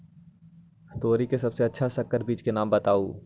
तोरी के सबसे अच्छा संकर बीज के नाम बताऊ?